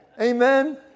Amen